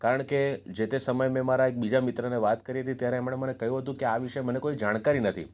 કારણ કે જે તે સમયે મેં મારા એક બીજા મિત્રને વાત કરી હતી ત્યારે એમણે મને કહ્યું હતું કે આ વિશે મને કોઈ જાણકારી નથી